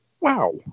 wow